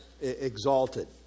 exalted